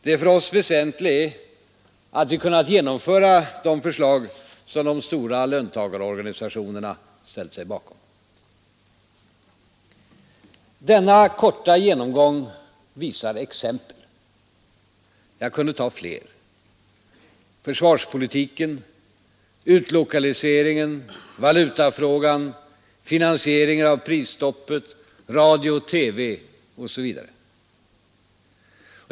Det för oss väsentliga är att vi kunnat genomföra de förslag som de stora löntagarorganisationerna ställt sig bakom. Denna korta genomgång visar några exempel. Jag kunde ta fler: försvarspolitiken, utlokaliseringen, valutafrågan, finansieringen av prisstopp, radio och TV osv.